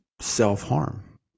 self-harm